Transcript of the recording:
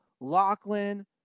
Lachlan